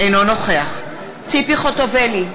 אינו נוכח ציפי חוטובלי,